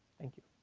thank you.